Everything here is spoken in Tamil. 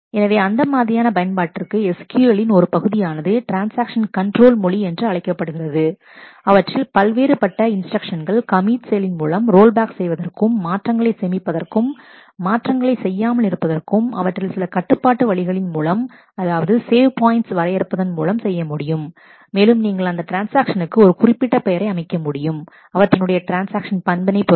எனவே அந்த மாதிரியான பயன்பாட்டிற்கு SQL லின் ஒரு பகுதியானது ட்ரான்ஸ்ஆக்ஷன் கண்ட்ரோல் மொழி என்று அழைக்கப்படுகிறது அவற்றில் பல்வேறுபட்ட இன்ஸ்டிரக்ஷன்கள் கமிட் செயலின் மூலம் ரோல்பேக் செய்வதற்கும் மாற்றங்களை சேமிப்பதற்கும் மாற்றங்களை செய்யாமல் இருப்பதற்கும் அவற்றில் சில கட்டுப்பாட்டு வழிகளின் மூலம் அதாவது சேவ் பாயிண்ட் வரையறுப்பது மூலம் செய்ய முடியும் மேலும் நீங்கள் அந்த ட்ரான்ஸ்ஆக்ஷனுக்கு ஒரு குறிப்பிட்ட பெயரை அமைக்க முடியும் அவற்றினுடைய ட்ரான்ஸ்ஆக்ஷன் பண்பினை பொருத்து